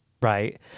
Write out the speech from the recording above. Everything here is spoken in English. right